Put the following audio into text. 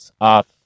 off